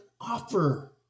offer